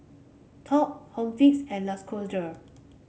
Top Home Fix and Lacoste